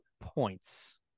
points